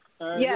Yes